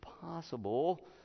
possible